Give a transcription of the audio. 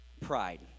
pride